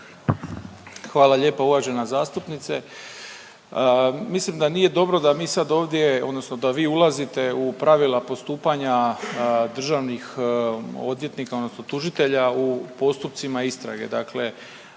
Hvala lijepa uvažena zastupnice. Mislim da nije dobro da mi sad ovdje odnosno da vi ulazite u pravila postupanja državnih odvjetnika odnosno tužitelja u postupcima istrage.